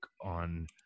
on